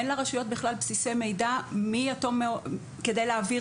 אין לרשויות בכלל בסיסי מידע כדי להעביר